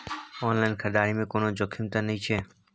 Online खरीददारी में कोनो जोखिम त नय छै?